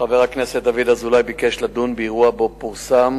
חבר הכנסת דוד אזולאי ביקש לדון באירוע שפורסם,